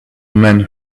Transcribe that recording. men